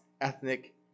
ethnic